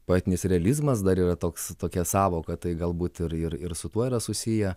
poetinis realizmas dar yra toks tokia sąvoka tai galbūt ir ir su tuo yra susiję